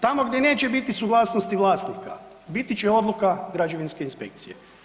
Tamo gdje neće biti suglasnosti vlasnika, biti će odluka građevinske inspekcije.